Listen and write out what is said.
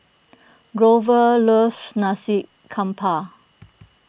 Grover loves Nasi Campur